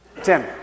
Tim